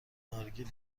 نارگیل